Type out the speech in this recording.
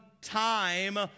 time